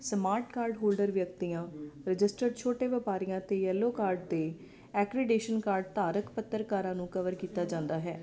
smart card holder ਵਿਅਕਤੀਆਂ registered ਛੋਟੇ ਵਪਾਰੀਆਂ ਅਤੇ ਯੈਲੋ ਕਾਰਡ ਦੇ ਐਗਰੀਡੇਸ਼ਨ ਕਾਰਡ ਧਾਰਕ ਪੱਤਰਕਾਰਾਂ ਨੂੰ ਕਵਰ ਕੀਤਾ ਜਾਂਦਾ ਹੈ